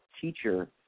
teacher